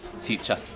future